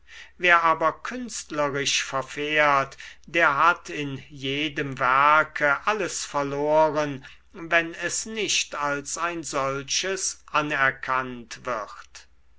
wer aber künstlerisch verfährt der hat in jedem werke alles verloren wenn es nicht als ein solches anerkannt wird